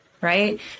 right